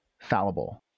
fallible